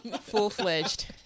full-fledged